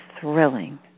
thrilling